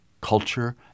culture